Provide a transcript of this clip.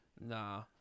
Nah